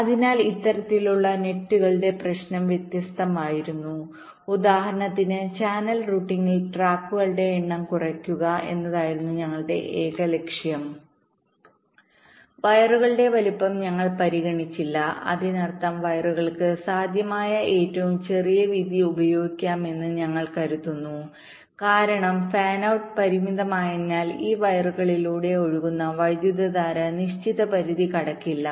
അതിനാൽ ഇത്തരത്തിലുള്ള നെറ്റ് കളുടെ പ്രശ്നം വ്യത്യസ്തമായിരുന്നു ഉദാഹരണത്തിന് ചാനൽ റൂട്ടിംഗിൽട്രാക്കുകളുടെ എണ്ണം കുറയ്ക്കുക എന്നതായിരുന്നു ഞങ്ങളുടെ ഏക ലക്ഷ്യം വയറുകളുടെ വലുപ്പം ഞങ്ങൾ പരിഗണിച്ചില്ല അതിനർത്ഥം വയറുകൾക്ക് സാധ്യമായ ഏറ്റവും ചെറിയ വീതി ഉപയോഗിക്കാമെന്ന് ഞങ്ങൾ കരുതുന്നു കാരണം ഫാൻ ഔട്ട് പരിമിതമായതിനാൽ ഈ വയറുകളിലൂടെ ഒഴുകുന്ന വൈദ്യുതധാര നിശ്ചിത പരിധി കടക്കില്ല